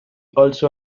also